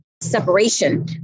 separation